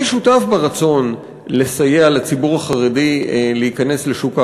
אני שותף לרצון לסייע לציבור החרדי להיכנס לשוק העבודה,